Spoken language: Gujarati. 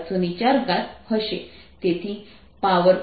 24 છે જે આશરે 3